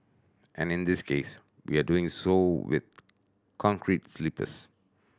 and in this case we are doing so with concrete sleepers